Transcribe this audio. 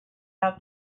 out